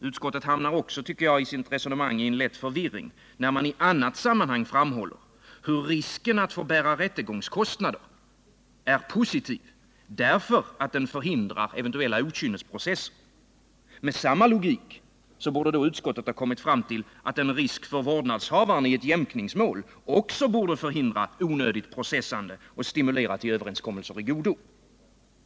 Utskottet hamnar också i sitt resonemang i lätt förvirring när man i annat sammanhang framhåller hur risken att få bära rättegångskostnader är positiv, därför att den förhindrar eventuella okynnesprocesser. Med samma logik borde utskottet ha kommit fram till att en risk för vårdnadshavaren i ett jämkningsmål också borde förhindra onödigt processande och stimulera till överenskommelser i godo.